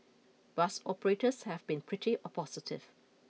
bus operators have been pretty positive